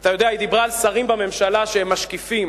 אתה יודע, היא דיברה על שרים בממשלה שהם משקיפים.